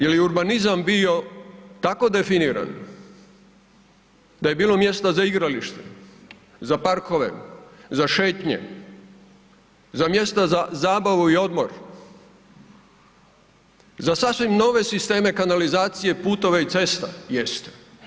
Je li urbanizam bio tako definiran da je bilo mjesta za igralište, za parkove, za šetnje, za mjesta za zabavu i odmor, za sasvim nove sisteme kanalizacije, putova i cesta, jeste.